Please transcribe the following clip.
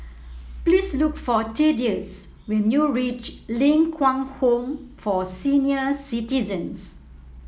please look for Thaddeus when you reach Ling Kwang Home for Senior Citizens